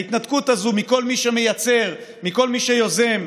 ההתנתקות הזאת מכל מי שמייצר, מכל מי שיוזם,